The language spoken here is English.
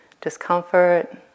discomfort